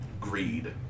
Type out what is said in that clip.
greed